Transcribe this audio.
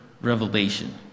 revelation